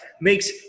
makes